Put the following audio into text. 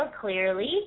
clearly